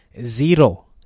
Zero